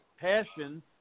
passion